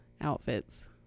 outfits